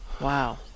Wow